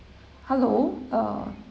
hello uh